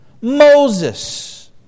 Moses